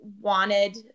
wanted